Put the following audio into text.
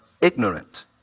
ignorant